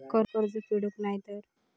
कर्ज फेडूक नाय तर?